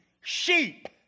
sheep